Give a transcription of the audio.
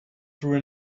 through